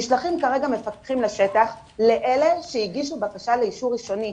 נשלחים כרגע מפקחים לשטח לאלה שהגישו בקשה לאישור ראשוני.